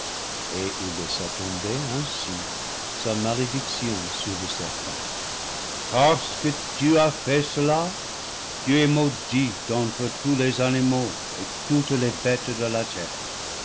et il laissa tomber ainsi sa malédiction sur le serpent parce que tu as fait cela tu es maudit entre tous les ani maux et toutes les bêtes de la terre